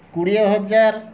କୋଡ଼ିଏ ହଜାର